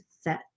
set